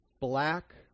black